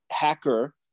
hacker